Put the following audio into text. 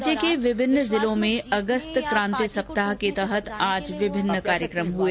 राज्य के विभिन्न जिलों में अगस्त क्रांति सप्ताह के तहत विभिन्न कार्यक्रम हुए